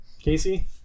Casey